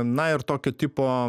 na ir tokio tipo